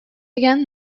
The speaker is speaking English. again